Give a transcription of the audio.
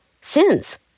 sins